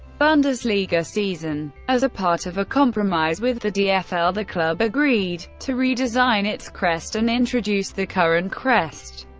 bundesliga season. as part of a compromise with the dfl, the club agreed to redesign its crest and introduced the current crest.